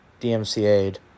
DMCA'd